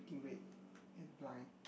too red in blind